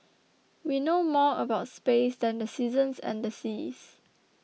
we know more about space than the seasons and the seas